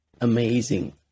amazing